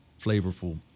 flavorful